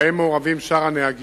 שבהן מעורבים שאר הנהגים.